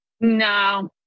No